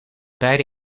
beide